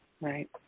Right